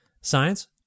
science